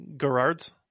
Gerards